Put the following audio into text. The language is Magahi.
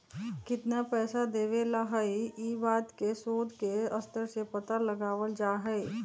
कितना पैसा देवे ला हई ई बात के शोद के स्तर से पता लगावल जा हई